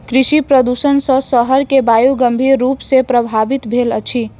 कृषि प्रदुषण सॅ शहर के वायु गंभीर रूप सॅ प्रभवित भेल अछि